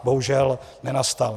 Bohužel nenastal.